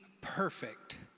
perfect